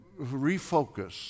refocus